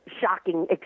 shocking